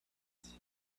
left